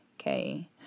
okay